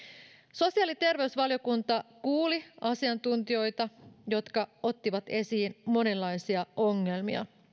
sosiaali ja terveysvaliokunta kuuli asiantuntijoita jotka ottivat esiin monenlaisia ongelmia